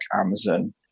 Amazon